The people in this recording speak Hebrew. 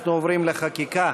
אנחנו עוברים לחקיקה.